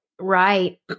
right